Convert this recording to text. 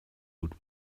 would